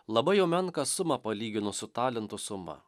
labai jau menką sumą palyginus su talentų sumą